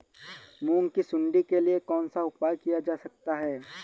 मूंग की सुंडी के लिए कौन सा उपाय किया जा सकता है?